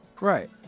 Right